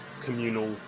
communal